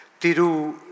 Tiru